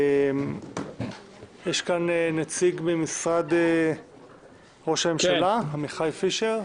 יש כאן נציג ממשרד ראש הממשלה, עמיחי פישר?